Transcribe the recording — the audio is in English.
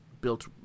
built